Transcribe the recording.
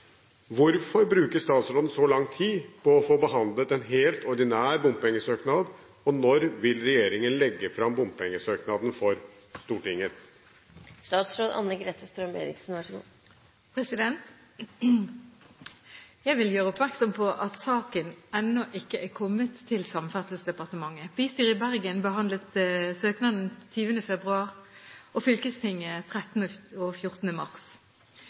Hvorfor bruker statsråden så lang tid på å få behandlet en helt ordinær bompengesøknad, og når vil regjeringen legge frem bompengesøknaden for Stortinget?» Jeg vil gjøre oppmerksom på at saken ennå ikke er kommet til Samferdselsdepartementet. Bystyret i Bergen behandlet søknaden 20. februar og fylkestinget